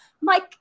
Mike